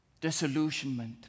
disillusionment